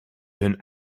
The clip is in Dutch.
hun